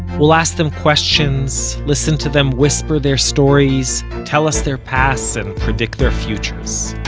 we'll ask them questions, listen to them whisper their stories, tell us their pasts, and predict their futures